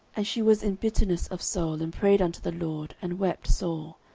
and she was in bitterness of soul, and prayed unto the lord, and wept sore.